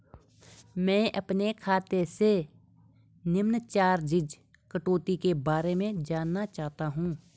मैं अपने खाते से निम्न चार्जिज़ कटौती के बारे में जानना चाहता हूँ?